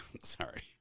sorry